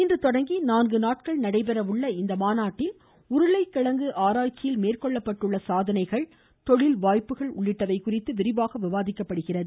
இன்று தொடங்கி நான்கு நாட்கள் நடைபெறவுள்ள இந்த மாநாட்டில் உருளைக்கிழங்கு ஆராய்ச்சியில் மேற்கொள்ளப்பட்டுள்ள சாதனைகள் தொழில் வாய்ப்புகள் உள்ளிட்டவை குறித்து விரிவாக விவாதிக்கப்படுகிறது